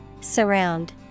Surround